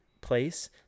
place